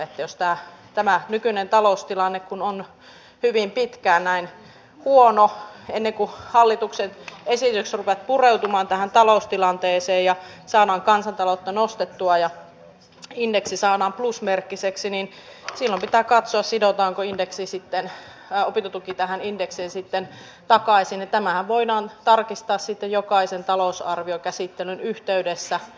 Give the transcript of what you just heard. jos ja kun tämä nykyinen taloustilanne on hyvin pitkään näin huono ennen kuin hallituksen esitykset rupeavat pureutumaan tähän taloustilanteeseen ja saamaan kansantaloutta nousuun ja indeksin plusmerkkiseksi silloin pitää katsoa sidotaanko opintotuki tähän indeksiin sitten takaisin ja tämähän voidaan tarkistaa sitten jokaisen talousarviokäsittelyn yhteydessä